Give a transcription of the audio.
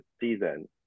season